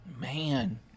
man